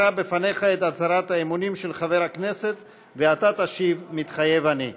אקרא בפניך את הצהרת האמונים של חבר הכנסת ואתה תשיב: "מתחייב אני".